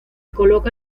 coloca